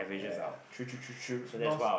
ya true true true true nose